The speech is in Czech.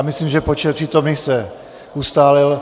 Myslím, že počet přítomných se ustálil.